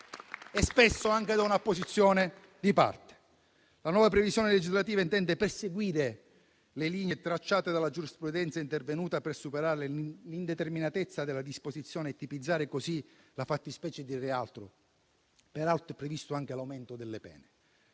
e spesso anche da un'opposizione di parte. La nuova previsione legislativa intende proseguire sulle linee tracciate dalla giurisprudenza, intervenuta per superare l'indeterminatezza della disposizione e tipizzare così la fattispecie di reato. Peraltro, è previsto anche l'aumento delle pene.